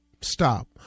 stop